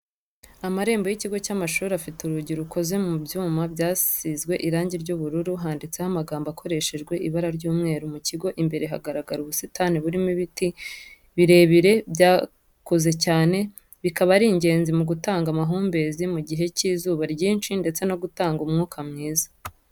Amarembo y'ikigo cy'amashuri afite urugi rukoze mu byuma byasizwe irangi ry'ubururu handitseho amagambo akoreshejwe ibara ry'umweru, mu kigo imbere hagaragara ubusitani burimo n'ibiti birebire byakuze cyane bikaba ari ingenzi mu gutanga amahumbezi mu gihe cy'izuba ryinshi ndetse no gutanga umwuka mwiza.